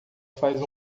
faz